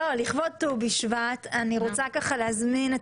לכבוד ט"ו בשבט אני רוצה להזמין את